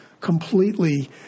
completely